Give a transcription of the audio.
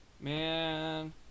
Man